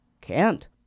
Can't